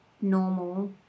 normal